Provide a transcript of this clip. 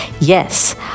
Yes